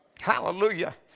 Hallelujah